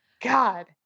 God